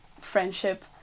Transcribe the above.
friendship